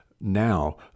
now